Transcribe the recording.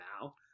now